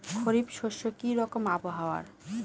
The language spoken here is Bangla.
খরিফ শস্যে কি রকম আবহাওয়ার?